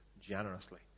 generously